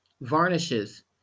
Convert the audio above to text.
varnishes